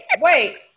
Wait